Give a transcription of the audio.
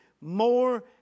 more